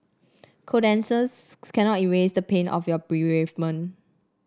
condolences cannot erase the pain of your bereavement